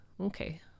okay